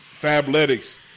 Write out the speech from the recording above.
Fabletics